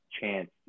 chance